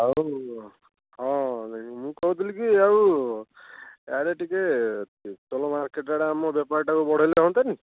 ଆଉ ହଁ ମୁଁ କହୁଥିଲି କି ଆଉ ଆରେ ଟିକେ ତିର୍ତ୍ତୋଲ ମାର୍କେଟ ଆଡ଼େ ଆମ ବେପାରଟାକୁ ବଢ଼ାଇଲେ ହୁଅନ୍ତା ନି